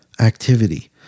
Activity